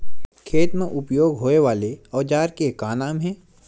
खेत मा उपयोग होए वाले औजार के का नाम हे?